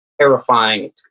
terrifying